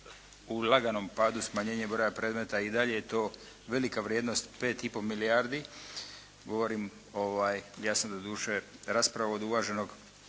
u laganom padu smanjenje broja predmeta i dalje je to velika vrijednost 5,5 milijardi. Govorim, ja sam doduše raspravu od uvaženog